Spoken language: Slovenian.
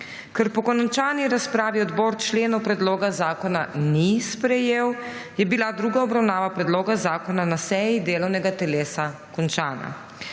Ker po končani razpravi odbor členov predloga zakona ni sprejel, je bila druga obravnava predloga zakona na seji delovnega telesa končana.